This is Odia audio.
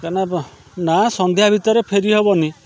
ନା ସନ୍ଧ୍ୟା ଭିତରେ ଫେରି ହେବନି